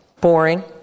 Boring